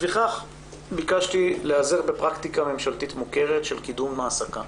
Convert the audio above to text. לפיכך ביקשתי להיעזר בפרקטיקה ממשלתית מוכרת של קידום העסקה.